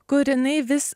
kur jinai vis